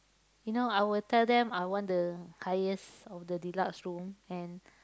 you know I will tell them I want the highest of the deluxe room and